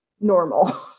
normal